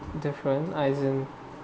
different as in